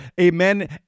Amen